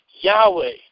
Yahweh